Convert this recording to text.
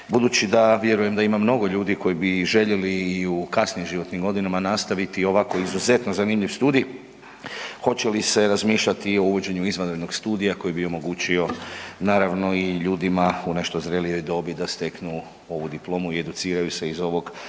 Budući da vjerujem da ima mnogo ljudi koji bi željeli i u kasnijim životnim godinama nastaviti ovako izuzetno zanimljiv studij, hoće li se razmišljati o uvođenju izvanrednog studija koji bi omogućio naravno i ljudima u nešto zrelijoj dobi da steknu ovu diplomu i educiraju se iz ovog Hrvatskoj